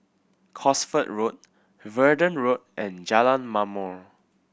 Cosford Road Verdun Road and Jalan Ma'mor